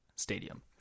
Stadium